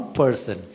person